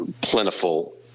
plentiful